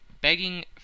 begging